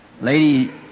lady